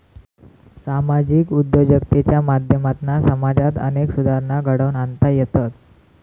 सामाजिक उद्योजकतेच्या माध्यमातना समाजात अनेक सुधारणा घडवुन आणता येतत